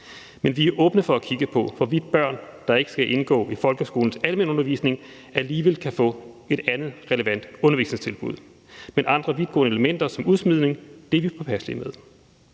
Men vi er åbne for at kigge på, hvorvidt børn, der ikke skal indgå i folkeskolens almenundervisning, alligevel kan få et andet relevant undervisningstilbud. Men andre vidtgående elementer som udsmidning er vi påpasselige med.